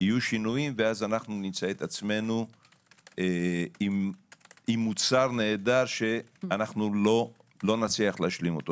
- יהיו שינויים ואז נמצא עצמנו עם מוצר נהדר שלא נצליח להשלימו.